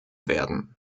werden